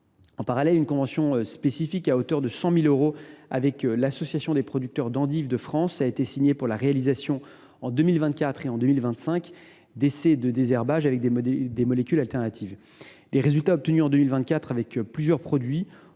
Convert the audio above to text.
En parallèle, une convention spécifique à hauteur de 100 000 euros a été signée avec l’Association des producteurs d’endives de France (Apef) pour la réalisation en 2024 et 2025 d’essais de désherbage avec des molécules de substitution. Les résultats obtenus avec plusieurs produits